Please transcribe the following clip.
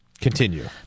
continue